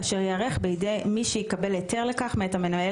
אשר ייערך בידי מי שיקבל היתר לכך מאת המנהל